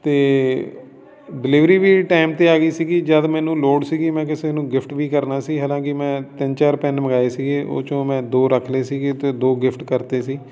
ਅਤੇ ਡਿਲੀਵਰੀ ਵੀ ਟਾਈਮ 'ਤੇ ਆ ਗਈ ਸੀਗੀ ਜਦ ਮੈਨੂੰ ਲੋੜ ਸੀਗੀ ਮੈਂ ਕਿਸੇ ਨੂੰ ਗਿਫਟ ਵੀ ਕਰਨਾ ਸੀ ਹਾਲਾਂਕਿ ਮੈਂ ਤਿੰਨ ਚਾਰ ਪੈੱਨ ਮੰਗਾਏ ਸੀਗੇ ਉਹ 'ਚੋਂ ਮੈਂ ਦੋ ਰੱਖ ਲਏ ਸੀਗੇ ਅਤੇ ਦੋ ਗਿਫਟ ਕਰਤੇ ਸੀ